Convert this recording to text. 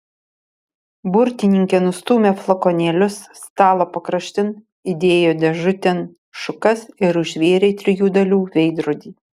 burtininkė nustūmė flakonėlius stalo pakraštin įdėjo dėžutėn šukas ir užvėrė trijų dalių veidrodį